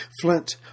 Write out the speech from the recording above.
Flint